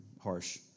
harsh